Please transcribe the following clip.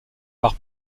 par